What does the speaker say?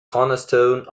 cornerstone